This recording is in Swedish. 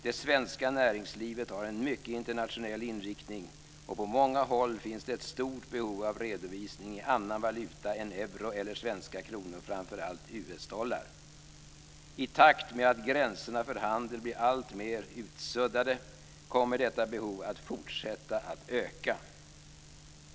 Det svenska näringslivet har en mycket internationell inriktning, och på många håll finns det ett stort behov av redovisning i annan valuta än euro eller svenska kronor, framför allt US-dollar. I takt med att gränserna för handel blir alltmer utsuddade kommer detta behov att fortsätta öka.